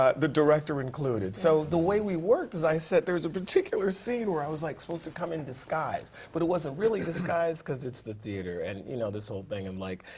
ah the director included. so the way we worked as i said, there's a particular scene, where i was like supposed to come in disguise. disguise. but it wasn't really disguise because it's the theater. and you know this whole thing and like,